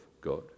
God